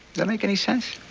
that make any sense?